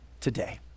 today